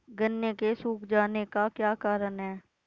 गन्ने के सूख जाने का क्या कारण है?